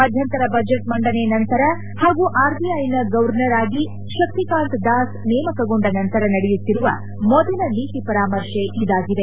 ಮಧ್ಯಾಂತರ budget ಮಂಡನೆ ನಂತರ ಹಾಗೂ ಆರ್ಬಿಐನ ಗೌರ್ಡರ್ ಆಗಿ ಶಕ್ತಿಕಾಂತ್ ದಾಸ್ ನೇಮಕಗೊಂಡ ನಂತರ ನಡೆಯುತ್ತಿರುವ ಮೊದಲ ನೀತಿ ಪರಾಮರ್ಶೆ ಇದಾಗಿದೆ